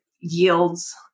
yields